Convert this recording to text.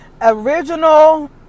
original